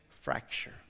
Fracture